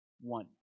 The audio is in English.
one